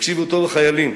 תקשיבו טוב, החיילים,